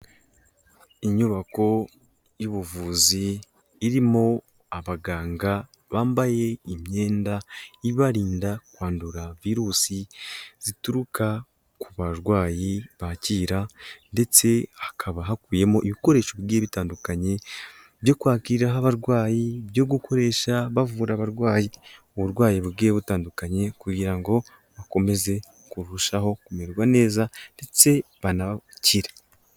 Inyubako y'ubuvuzi irimo abaganga bambaye imyenda ibarinda kwandura virusi zituruka ku barwayi bakira ndetse hakaba hakubiyemo ibikoresho bigiye bitandukanye byo kwakiriraho abarwayi, byo gukoresha bavura abarwayi, uburwayi bugiye butandukanye kugira ngo bakomeze kurushaho kumererwa neza ndetse banakire.